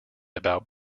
about